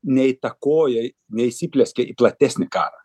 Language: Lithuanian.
neįtakoja neįsiplieskė į platesnį karą